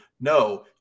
no